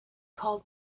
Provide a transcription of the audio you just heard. called